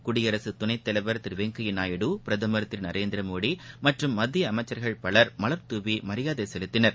குடியரசு துணைத்தலைவா் திரு வெங்கையா நாயுடு பிரதமா் திரு நரேந்திரமோடி மற்றும் மத்திய அமைச்சர்கள் பலர் மலர்தூவி மரியாதை செலுத்தினர்